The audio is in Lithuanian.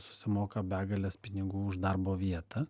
susimoka begales pinigų už darbo vietą